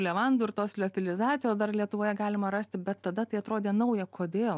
levandų ir tos liofilizacijos dar lietuvoje galima rasti bet tada tai atrodė nauja kodėl